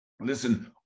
Listen